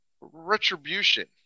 Retribution